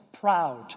proud